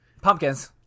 Pumpkins